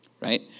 right